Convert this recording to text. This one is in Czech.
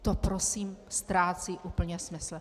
To prosím ztrácí úplně smysl.